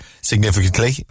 Significantly